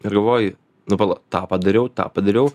ir galvoji nu pala tą padariau tą padariau